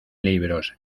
libros